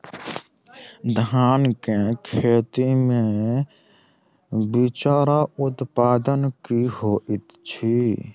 धान केँ खेती मे बिचरा उत्पादन की होइत छी?